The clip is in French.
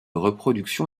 reproduction